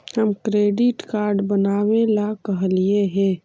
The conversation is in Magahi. हम क्रेडिट कार्ड बनावे ला कहलिऐ हे?